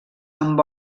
amb